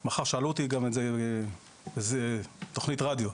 אז, שאלו אותי גם את זה בתכנית רדיו,